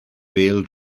bêl